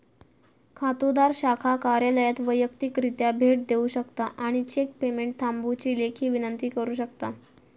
खातोदार शाखा कार्यालयात वैयक्तिकरित्या भेट देऊ शकता आणि चेक पेमेंट थांबवुची लेखी विनंती करू शकता